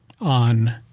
on